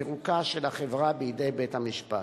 לפירוקה של החברה בידי בית-המשפט.